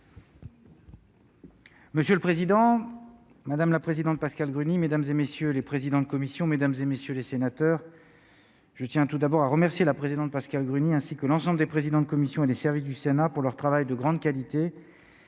Monsieur le président, madame la présidente, Pascale Gruny, mesdames et messieurs les présidents de commission, mesdames et messieurs les sénateurs, je tiens tout d'abord à remercier la présidente Pascale Gruny, ainsi que l'ensemble des présidents de commissions et les services du Sénat pour leur travail de grande qualité